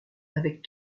avec